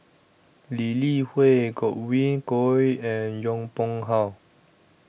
Lee Li Hui Godwin Koay and Yong Pung How